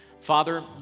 father